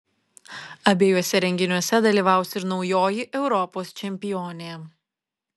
abiejuose renginiuose dalyvaus ir naujoji europos čempionė